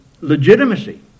legitimacy